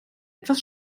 etwas